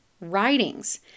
writings